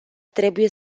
trebuie